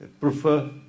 prefer